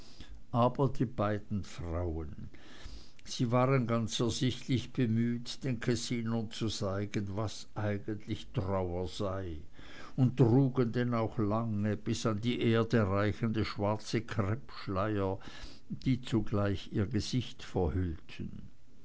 aber die beiden frauen sie waren ganz ersichtlich bemüht den kessinern zu zeigen was eigentlich trauer sei und trugen denn auch lange bis an die erde reichende schwarze kreppschleier die zugleich ihr gesicht verhüllten